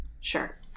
Sure